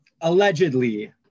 allegedly